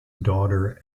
daughter